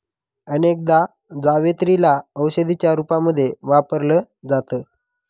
अनेकदा जावेत्री ला औषधीच्या रूपामध्ये वापरल जात